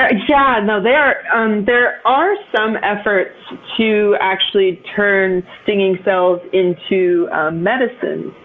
ah yeah, you know there um there are some efforts to actually turn stinging cells into a medicine.